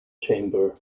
chamber